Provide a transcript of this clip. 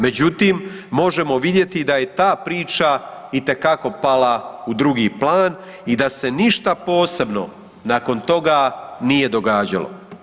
Međutim, možemo vidjeti da je ta priča itekako pala u drugi plan i da se ništa posebno nakon toga nije događalo.